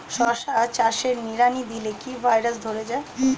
শশা চাষে নিড়ানি দিলে কি ভাইরাস ধরে যায়?